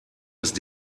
ist